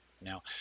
Now